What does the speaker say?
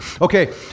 Okay